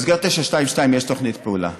במסגרת 922 יש תוכנית פעולה.